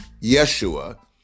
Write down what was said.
Yeshua